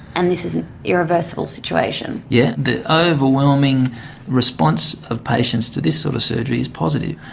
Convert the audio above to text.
and this is an irreversible situation? yeah the ah overwhelming response of patients to this sort of surgery is positive.